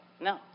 No